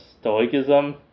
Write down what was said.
stoicism